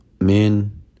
Men